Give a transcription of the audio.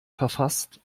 verfasst